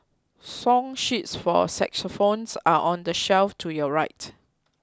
song sheets for xylophones are on the shelf to your right